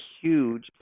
huge